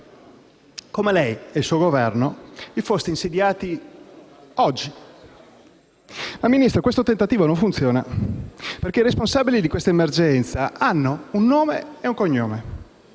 come se lei e il suo Governo vi foste insediati oggi. Ma, Ministro, il suo tentativo non funziona perché i responsabili di questa emergenza hanno un nome e un cognome.